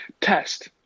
test